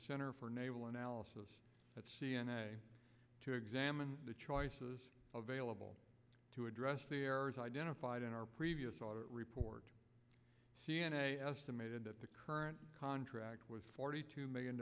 center for naval analysis at c n n to examine the choices available to address the errors identified in our previous audit report c n a estimated that the current contract was forty two million